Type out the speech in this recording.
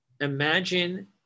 Imagine